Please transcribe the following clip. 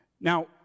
Now